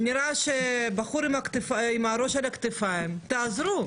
נראה בחור עם ראש על הכתפיים, תעזרו.